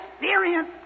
experience